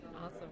Awesome